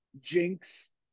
Jinx